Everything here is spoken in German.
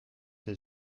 der